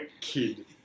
kid